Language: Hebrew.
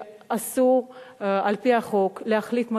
שאסור על-פי החוק להחליף מהדורות,